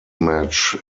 match